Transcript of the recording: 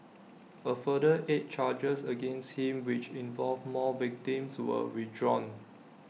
A further eight charges against him which involved more victims were withdrawn